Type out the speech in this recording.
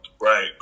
right